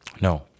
No